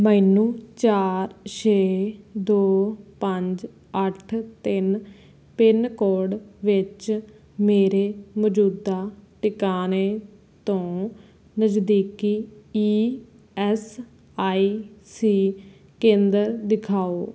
ਮੈਨੂੰ ਚਾਰ ਛੇ ਦੋ ਪੰਜ ਅੱਠ ਤਿੰਨ ਪਿੰਨ ਕੋਡ ਵਿੱਚ ਮੇਰੇ ਮੌਜੂਦਾ ਟਿਕਾਣੇ ਤੋਂ ਨਜ਼ਦੀਕੀ ਈ ਐੱਸ ਆਈ ਸੀ ਕੇਂਦਰ ਦਿਖਾਓ